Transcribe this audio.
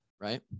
right